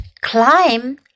Climb